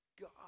God